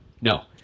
No